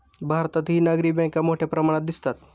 भारतातही नागरी बँका मोठ्या प्रमाणात दिसतात